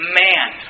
man